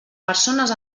persones